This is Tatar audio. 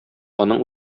аның